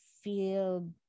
feel